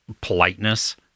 politeness